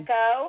go